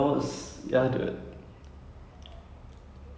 like all my whole plan everything is destroyed so like